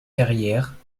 carrière